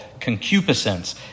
concupiscence